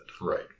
right